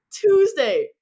tuesday